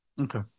Okay